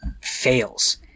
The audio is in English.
fails